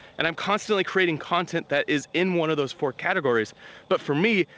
and i'm constantly creating content that is in one of those four categories but for me,